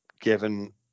given